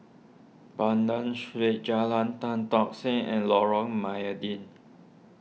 Banda Street Jalan Tan Tock Seng and Lorong Mydin